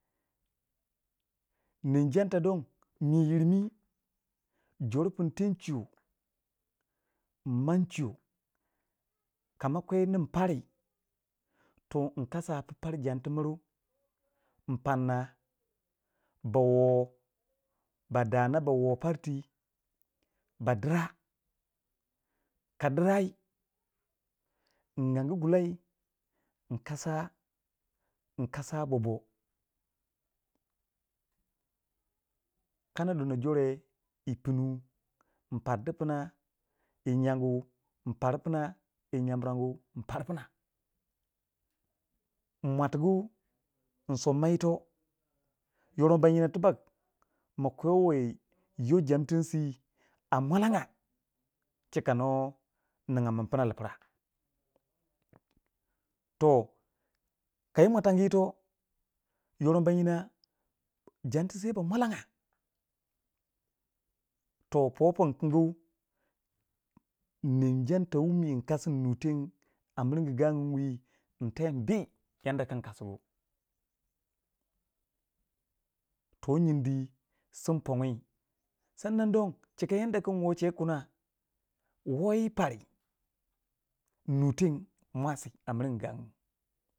Nem jemta don mi yirmi jor pun ten chiyo min mạn chiyo kama kwe nin pari toh min kasa pu pari jamti mur in pan na bawo ba dana bawo par ti ba dira ka dirai ịn angu gulai in kasa in kasa boboh kana dono jore yi pinu mpar du pima yi nyangu ịn pardu pina yi nyamirangu ịn pardu pina mwatugu n son ma yito yoron gya ba nyina tibak ma kwewai yoh jantin si a mwalanga chika nuna ningya nin pina lipirah toh kayi munafangu yito yorongya ba nyina jantin se ba mwalanga toh nem janti wun kasi wun nu teng wi nteh nbii yan da kin nkasigu toh nyindi sim poni sannan don chika yanda kun nwo chegu kina woi pari sun nuteng mwasi a miringu gangumu.